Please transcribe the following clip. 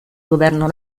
governo